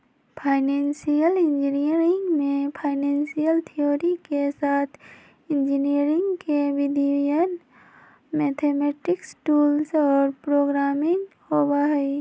financial engineering में financial theory के साथ इंजीनियरिंग के विधियन, मैथेमैटिक्स टूल्स और प्रोग्रामिंग होबा हई